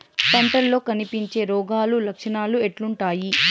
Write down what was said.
పంటల్లో కనిపించే రోగాలు లక్షణాలు ఎట్లుంటాయి?